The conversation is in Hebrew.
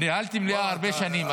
ניהלתי מליאה הרבה שנים.